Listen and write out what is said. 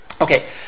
Okay